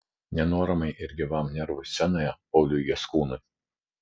nenuoramai ir gyvam nervui scenoje pauliui jaskūnui